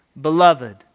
beloved